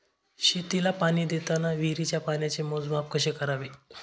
शेतीला पाणी देताना विहिरीच्या पाण्याचे मोजमाप कसे करावे?